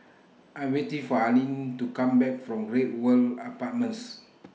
I'm waiting For Alene to Come Back from Great World Apartments